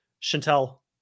Chantelle